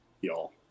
y'all